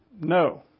no